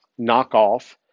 knockoff